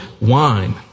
Wine